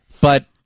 But-